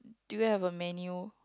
do you have a menu